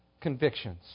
convictions